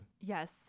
Yes